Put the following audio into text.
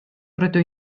rydw